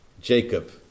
Jacob